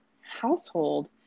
household